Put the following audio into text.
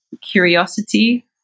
curiosity